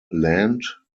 land